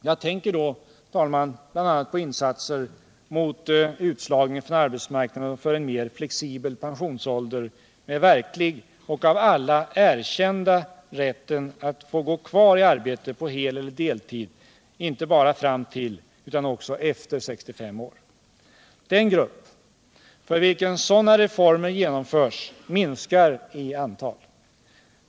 Jag tänker då, herr talman, bl.a. på insatser mot utslagningen från arbetsmarknaden och för en mer flexibel pensionsålder, med verklig och av alla erkänd rätt att gå kvar i arbetet på heleller deltid inte bara fram till utan också efter 65 års ålder. Den grupp för vilken sådana reformer genomförs minskar i antal.